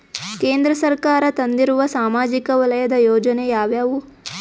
ಕೇಂದ್ರ ಸರ್ಕಾರ ತಂದಿರುವ ಸಾಮಾಜಿಕ ವಲಯದ ಯೋಜನೆ ಯಾವ್ಯಾವು?